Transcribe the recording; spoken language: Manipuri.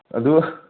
ꯑꯗꯨ